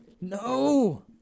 No